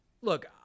look